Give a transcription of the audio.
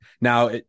Now